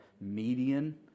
median